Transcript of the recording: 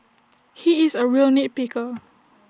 he is A real nit picker